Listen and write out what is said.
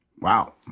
Wow